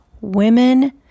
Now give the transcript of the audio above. women